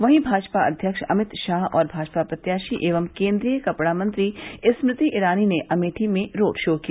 वहीं भाजपा अध्यक्ष अमित शाह और भाजपा प्रत्याशी एवं केन्द्रीय कपड़ा मंत्री स्मृति ईरानी ने अमेठी में रोड शो किया